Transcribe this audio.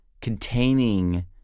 containing